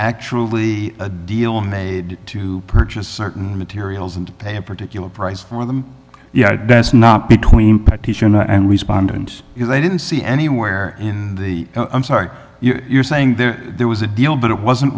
actually a deal made to purchase certain materials and to pay a particular price for them yet it does not between and respond and because i didn't see anywhere in the i'm sorry you're saying there there was a deal but it wasn't